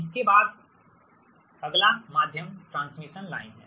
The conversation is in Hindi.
इसके बाद अगला मध्यम ट्रांसमिशन लाइन है